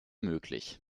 möglich